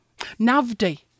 Navdi